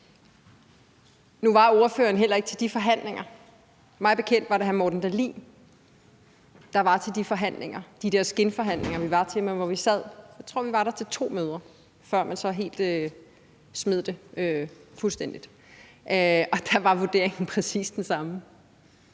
Nu var ordføreren heller ikke til de forhandlinger. Mig bekendt var det hr. Morten Dahlin, der var til de forhandlinger – de der skinforhandlinger, vi var til; jeg tror, at vi var der til to møder, før man så smed det helt væk. Og der var vurderingen præcis den samme,